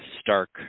Stark